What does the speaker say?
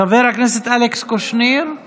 חבר הכנסת אלכס קושניר;